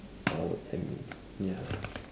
now what timing ya